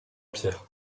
pierre